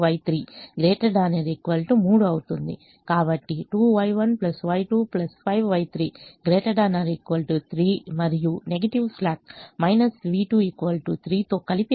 కాబట్టి 2Y1 Y2 5Y3 ≥ 3 మరియు negative slack v2 3 తో కలిపి అవుతుంది